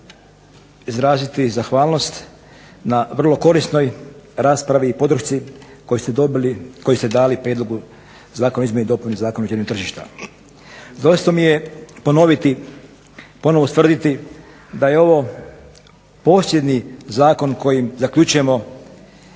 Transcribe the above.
izraziti zahvalnost na vrlo korisnoj raspravi i podršci koju ste dali prijedlogu Zakona o izmjeni i dopuni Zakona o uređenju tržišta. Zadovoljstvo mi je ponoviti i ponovno ustvrditi da je ovo posljednji zakon kojim zaključujemo